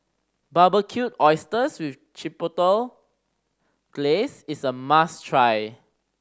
Barbecued Oysters with Chipotle Glaze is a must try